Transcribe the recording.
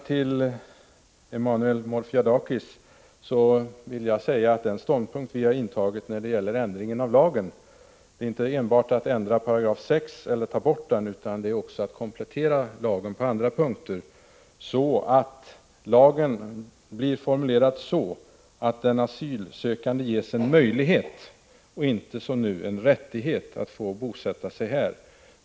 Till Emmanuel Morfiadakis vill jag säga att den ståndpunkt som vi intagit när det gäller ändringen av lagen inte enbart är att ta bort eller ändra 6 § utan också att komplettera lagen på andra punkter, så att lagen får en sådan utformning att den asylsökande ges möjlighet och inte som nu en rättighet att bosätta sig här.